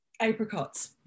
apricots